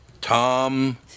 Tom